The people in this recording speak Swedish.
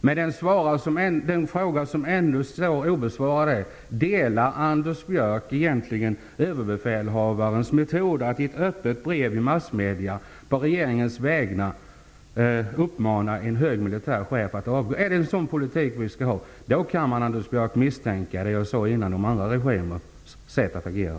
Men den fråga som ännu står obesvarad, Anders Björck, gäller frågan om överbefälhavarens metod att i ett öppet brev i massmedia å regeringens vägnar uppmana en hög militär chef att avgå. Om det är en sådan politik vi skall ha, Anders Björck, kan man misstänka det som jag tidigare sade om andra regimers sätt att agera.